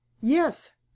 yes